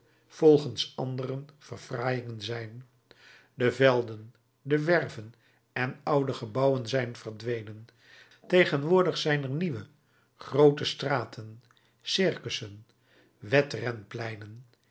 volgens anderen verfraaiingen zijn de velden de werven en oude gebouwen zijn verdwenen tegenwoordig zijn er nieuwe groote straten circussen